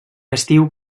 estiu